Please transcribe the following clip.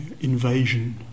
invasion